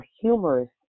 humorous